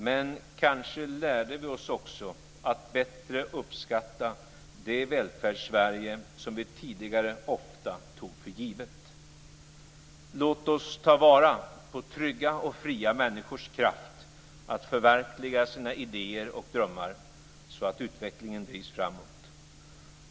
Men kanske lärde vi oss också att bättre uppskatta det Välfärdssverige som vi tidigare ofta tog för givet. Låt oss ta vara på trygga och fria människors kraft att förverkliga sina idéer och drömmar, så att utvecklingen drivs framåt.